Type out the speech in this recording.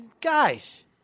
guys